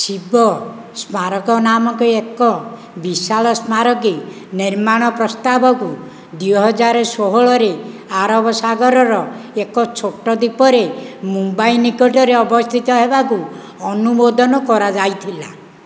ଶିବ ସ୍ମାରକ ନାମକ ଏକ ବିଶାଳ ସ୍ମାରକୀ ନିର୍ମାଣ ପ୍ରସ୍ତାବକୁ ଦୁଇ ହଜାର ଷୋହଳରେ ଆରବ ସାଗରର ଏକ ଛୋଟ ଦ୍ୱୀପରେ ମୁମ୍ବାଇ ନିକଟରେ ଅବସ୍ଥିତ ହେବାକୁ ଅନୁମୋଦନ କରାଯାଇଥିଲା